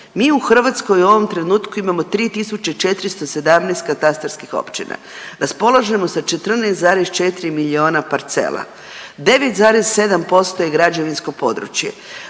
Mi u Hrvatskoj u ovom trenutku imamo 3.417 katastarskih općina, raspolažemo sa 14,4 milijuna parcela, 9,7% je građevinsko područje,